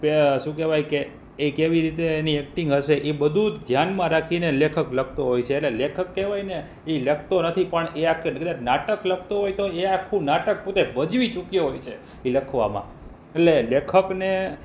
કે શું કહેવાય કે એ કેવી રીતે એની એક્ટિંગ હશે એ બધું જ ધ્યાનમાં રાખીને લેખક લખતો હોય છે એટલે લેખક કહેવાય ને એ લખતો નથી પણ એ આખે કદાચ નાટક લખતો હોય તો એ આખું નાટક પોતે ભજવી ચૂક્યો હોય છે એ લખવામાં એટલે લેખકને